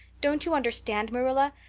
don't you understand, marilla?